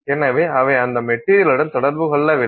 எனவே அவை அந்த மெட்டீரியலுடன் தொடர்பு கொள்ளவில்லை